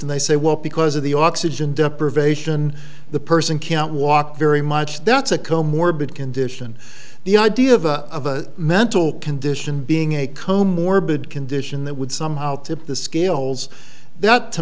and they say well because of the oxygen deprivation the person can't walk very much that's a co morbid condition the idea of a mental condition being a co morbid condition that would somehow tip the scales that to